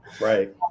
right